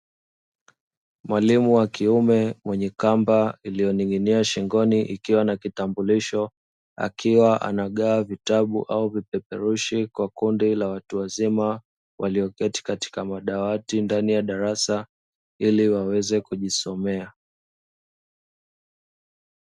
Mwalimu wa kiume mwenye kamba iliyoning'ia shingoni ikiwa na kitambulisho, akiwa anagawa vitabu au vipeperushi kwa kundi la watu wazima walioketi katika madawati ndani ya darasa ili waweze kujisomea.